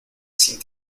sin